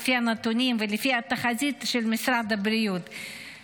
לפי הנתונים ולפי התחזית של משרד הבריאות,